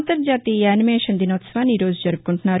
అంతర్జాతీయ యానిమేషన్ దినోత్సవాన్ని ఈరోజు జరుపుకుంటున్నారు